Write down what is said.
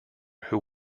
who